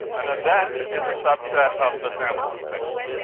an event is a subset of the sample space.